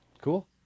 cool